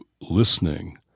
listening